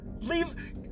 Leave